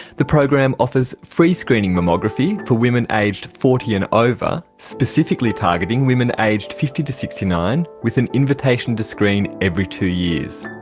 the program offers free screening mammography for women aged forty and over, specifically targeting women aged fifty to sixty nine with an invitation to screen every two years.